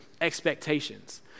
expectations